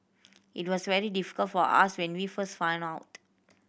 it was very difficult for us when we first found out